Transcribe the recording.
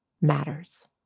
matters